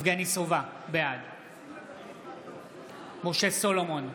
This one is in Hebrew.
יבגני סובה, בעד משה סולומון,